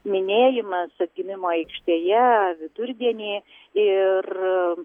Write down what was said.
minėjimas atgimimo aikštėje vidurdienį ir